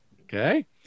okay